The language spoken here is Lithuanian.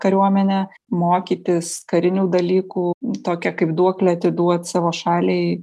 kariuomenę mokytis karinių dalykų tokia kaip duoklę atiduot savo šaliai